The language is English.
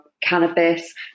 cannabis